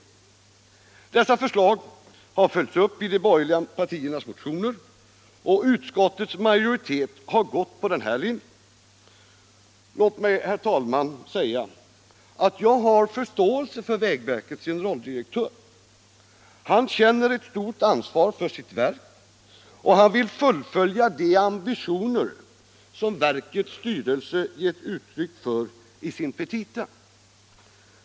Dessa förslag har följts upp i de borgerliga partiernas motioner, och utskottets majoritet har följt den linjen. Låt mig, herr talman, säga att jag har förståelse för vägverkets generaldirektör. Han känner ett stort ansvar för sitt verk och han vill fullfölja de ambitioacr som verkets styrelse gett uttryck för i sina petita.